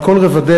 על כל רבדיה,